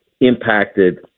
impacted